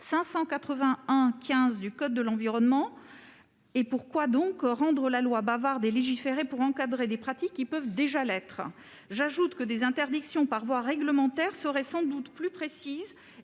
581-15 du code de l'environnement. Pourquoi donc rendre la loi bavarde et légiférer pour encadrer des pratiques qui peuvent déjà l'être ? J'ajoute que des interdictions par voie réglementaire seraient sans doute plus précises